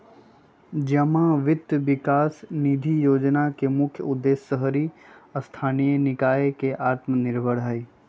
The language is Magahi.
जमा वित्त विकास निधि जोजना के मुख्य उद्देश्य शहरी स्थानीय निकाय के आत्मनिर्भर हइ